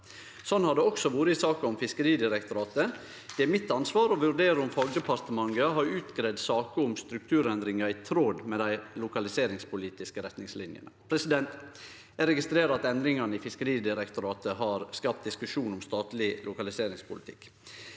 Slik har det også vore i saka om Fiskeridirektoratet. Det er mitt ansvar å vurdere om fagdepartementet har greidd ut saker om strukturendringar i tråd med dei lokaliseringspolitiske retningslinjene. Eg registrerer at endringane i Fiskeridirektoratet har skapt diskusjon om statleg lokaliseringspolitikk.